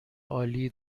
عالی